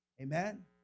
Amen